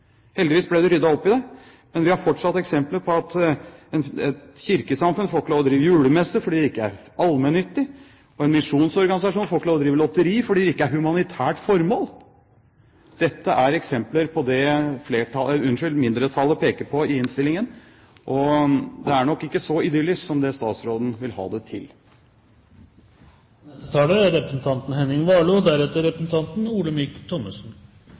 Heldigvis ble det ryddet opp i det, men vi har fortsatt eksempler som at et kirkesamfunn får ikke lov til å drive julemesse fordi det ikke er allmennyttig, og en misjonsorganisasjon får ikke lov til å drive lotteri fordi det ikke er et humanitært formål. Dette er eksempler på det mindretallet peker på i innstillingen. Det er nok ikke så idyllisk som det statsråden vil ha det til. Det er